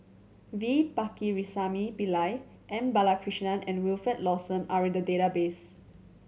V Pakirisamy Pillai M Balakrishnan and Wilfed Lawson are in the database